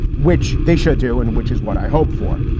which they should do, and which is what i hope for.